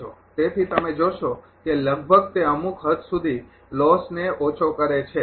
તેથી તમે જોશો કે લગભગ તે અમુક હદ સુધી લોસને ઓછો કરે છે